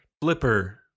flipper